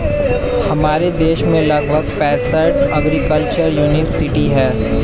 हमारे देश में लगभग पैंसठ एग्रीकल्चर युनिवर्सिटी है